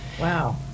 Wow